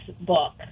book